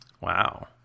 Wow